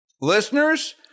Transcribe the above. Listeners